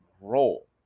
role